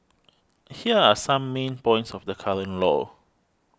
here are some main points of the current law